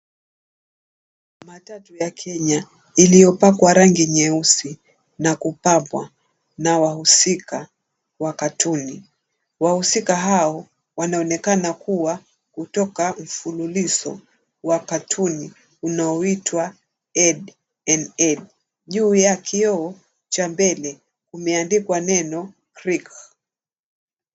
Matatu ya Kenya iliopakwa rangi nyeusi na kupambwa na wahusika wa katuni. Wahusika hao wanaonekana kuwa kutoka mfululizo wa katuni unaoitwa Ed n Eddy. Juu ya kioo cha mbele kumeandikwa neno CREEK.